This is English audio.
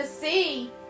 see